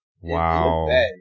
Wow